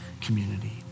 community